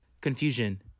Confusion